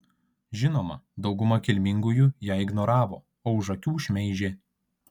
žinoma dauguma kilmingųjų ją ignoravo o už akių šmeižė